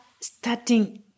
starting